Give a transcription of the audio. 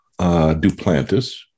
Duplantis